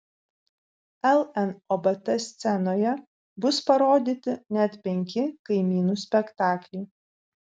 lnobt scenoje bus parodyti net penki kaimynų spektakliai